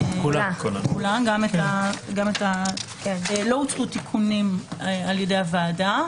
לא הוצעו תיקונים על-ידי הוועדה,